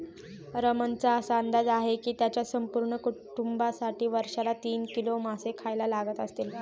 रमणचा असा अंदाज आहे की त्याच्या संपूर्ण कुटुंबासाठी वर्षाला तीस किलो मासे खायला लागत असतील